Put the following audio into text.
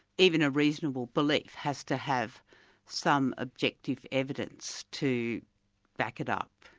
even a reasonable belief has to have some objective evidence to back it up.